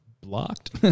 blocked